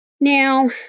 Now